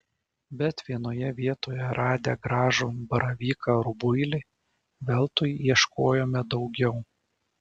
bet vienoje vietoje radę gražų baravyką rubuilį veltui ieškojome daugiau